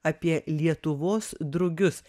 apie lietuvos drugius